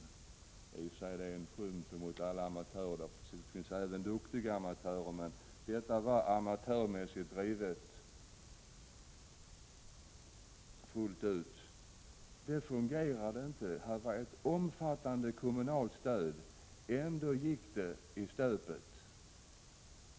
Det är i och för sig en skymf mot alla amatörer, för det finns även duktiga amatörer. Men detta rederi var amatörmässigt drivet. Det fungerade inte. Det fick ett omfattande kommunalt stöd, men ändå gick det i stöpet.